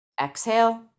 exhale